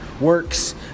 works